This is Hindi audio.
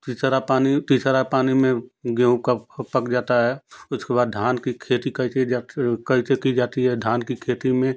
तीसरा पानी तीसरा पानी में गेहूँ का पक जाता है उसके बाद धान की खेती कैसे जाती कैसे की जाती है धान की खेती में